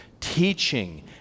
teaching